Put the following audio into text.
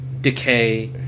decay